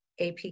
AP